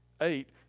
Eight